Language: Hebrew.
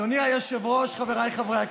אדוני היושב-ראש, חבריי חברי הכנסת,